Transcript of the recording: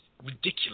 ridiculous